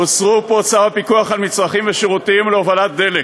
הוסרו פה צו הפיקוח על מצרכים ושירותים (הובלת דלק),